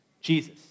Jesus